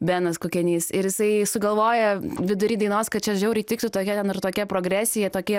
benas kukenys ir jisai sugalvoja vidury dainos kad čia žiauriai tiktų tokia ten ir tokia progresija tokie